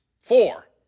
Four